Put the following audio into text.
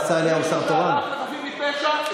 רשאי להשתמש בנשק ולירות ולנטרל את המתנחל שיורה לעברו?